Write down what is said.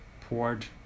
port